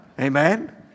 Amen